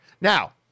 Now